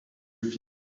lieu